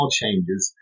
changes